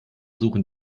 suchen